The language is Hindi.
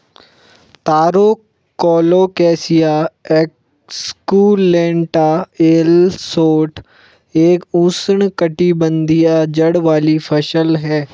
तारो कोलोकैसिया एस्कुलेंटा एल शोट एक उष्णकटिबंधीय जड़ वाली फसल है